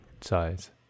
size